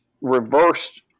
reversed